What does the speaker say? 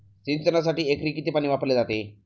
सिंचनासाठी एकरी किती पाणी वापरले जाते?